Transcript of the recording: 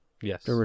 Yes